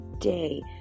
day